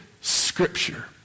Scripture